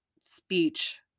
speech